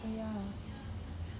oh ya